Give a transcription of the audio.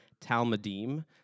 talmudim